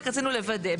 רק רצינו לוודא,